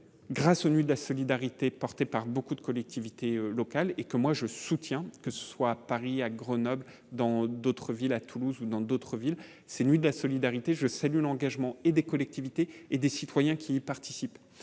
grâce aux nuits de la solidarité, porté par beaucoup de collectivités locales et que moi je soutiens que ce soit Paris à Grenoble et dans d'autres villes, à Toulouse ou dans d'autres villes c'est nuit de la solidarité je salue l'engagement et des collectivités et des citoyens qui participent,